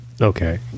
Okay